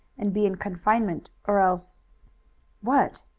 and be in confinement, or else what?